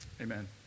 Amen